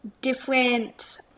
different